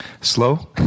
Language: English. Slow